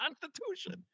Constitution